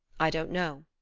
i don't know.